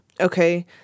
Okay